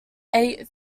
eight